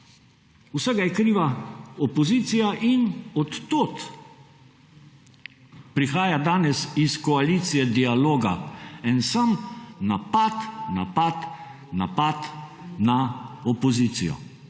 vsega je kriva opozicija. In od tod prihaja danes iz koalicije dialoga en sam napad, napad, napad na opozicijo,